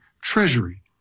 Treasury